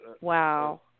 Wow